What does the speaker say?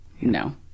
No